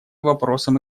вопросам